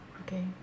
Okay